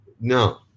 no